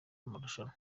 amarushanwa